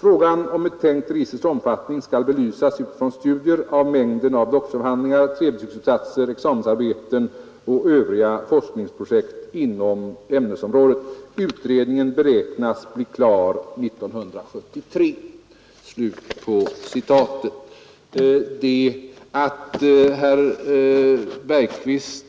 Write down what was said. Frågan om ett tänkt registers omfattning skall belysas utifrån studier av mängden av doktorsavhandlingar, 3-betygsuppsatser, examensarbeten och övriga forskningsprojekt inom olika ämnesområden. Utredningen beräknas bli klar under 73.” Att herr Bergqvist